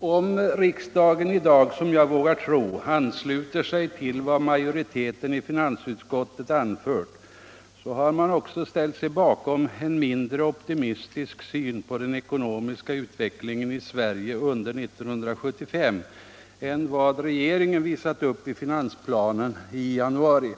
Om riksdagen i dag — som jag vågar tro — ansluter sig till vad majoriteten i finansutskottet anfört, så har man också ställt sig bakom en mindre optimistisk syn på den ekonomiska utvecklingen i Sverige under 1975 än vad regeringen visat upp i finansplanen i januari.